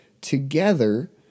Together